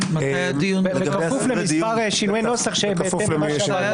כפוף לשינויי נוסח כמובן.